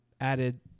added